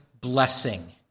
blessing